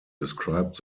described